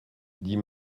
dit